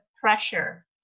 pressure